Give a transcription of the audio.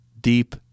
deep